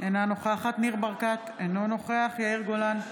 אינה נוכחת ניר ברקת, אינו נוכח יאיר גולן,